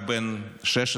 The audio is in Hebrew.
רק בן 16,